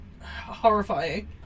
horrifying